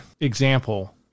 example